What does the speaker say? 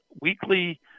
weekly